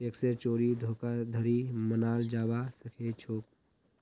टैक्सेर चोरी धोखाधड़ी मनाल जाबा सखेछोक